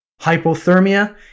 hypothermia